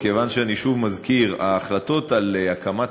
וכיוון שאני שוב מזכיר: ההחלטות על הקמת